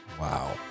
Wow